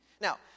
Now